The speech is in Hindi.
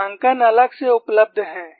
रेखांकन अलग से उपलब्ध हैं